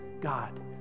God